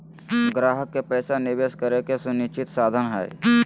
ग्राहक के पैसा निवेश करे के सुनिश्चित साधन हइ